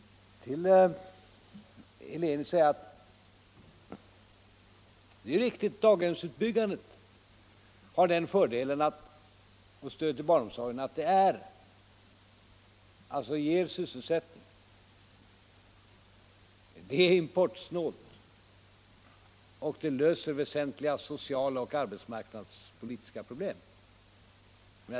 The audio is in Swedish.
Till herr Helén vill jag säga att daghemsutbyggnaden och stödet till barnomsorgen har de fördelarna att de ger sysselsättning, är importsnåla och löser väsentliga sociala och arbetsmarknadspolitiska problem.